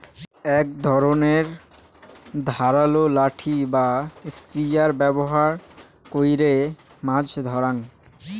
এক ধরণের ধারালো নাঠি বা স্পিয়ার ব্যবহার কইরে মাছ ধরাঙ